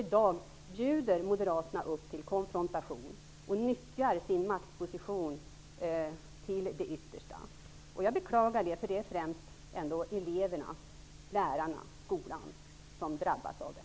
I dag bjuder Moderaterna upp till konfrontation och nyttjar sin maktposition till det yttersta. Jag beklagar det, för det är främst eleverna och lärarna -- skolan -- som drabbas av det.